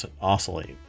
oscillate